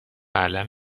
اَلَم